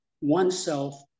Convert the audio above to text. oneself